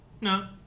no